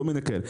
כל מיני כאלה.